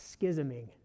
schisming